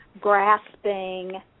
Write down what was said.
grasping